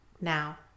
now